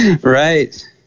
Right